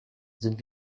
sind